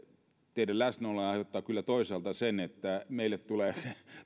teidän läsnäolonne aiheuttaa kyllä toisaalta sen että meille tulee